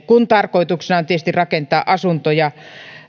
vaikka tarkoituksena on tietysti rakentaa asuntoja